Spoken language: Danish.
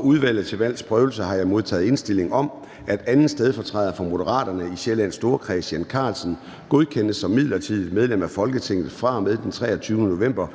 Udvalget til Valgs Prøvelse har jeg modtaget indstilling om, at 2. stedfortræder for Moderaterne i Sjællands Storkreds, Jan Carlsen, godkendes som midlertidigt medlem af Folketinget fra og med den 23. november